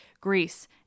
Greece